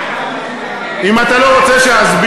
מה עם החרדים לכלא, אם אתה לא רוצה שאסביר,